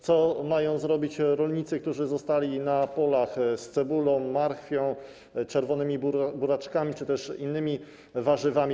Co mają zrobić rolnicy, którzy zostali na polach z cebulą, marchwią, czerwonymi buraczkami czy innymi warzywami?